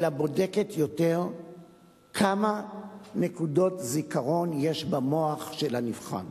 אלא בודקת יותר כמה נקודות זיכרון יש במוח של הנבחן.